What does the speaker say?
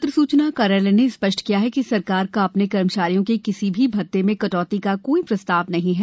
पत्र सुचना कार्यालय ने स्पष्ट किया है कि सरकार का अपने कर्मचारियों के किसी भी भत्ते में कटौती का कोई प्रस्ताव नहीं है